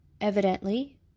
evidently